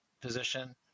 position